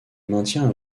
maintient